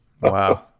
Wow